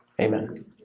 Amen